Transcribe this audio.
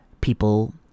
people